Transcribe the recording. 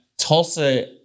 tulsa